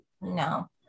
No